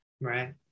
Right